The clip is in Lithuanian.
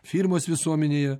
firmos visuomenėje